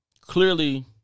Clearly